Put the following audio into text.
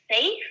safe